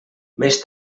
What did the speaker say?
més